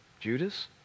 Judas